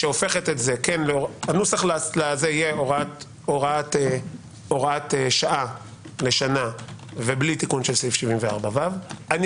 הנוסח יהיה הוראת שעה לשנה ובלי תיקון של סעיף 74ו. אני